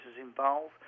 involved